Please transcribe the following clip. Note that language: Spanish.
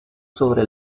sobre